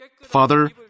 Father